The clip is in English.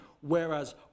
whereas